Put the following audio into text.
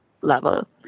level